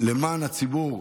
למען הציבור,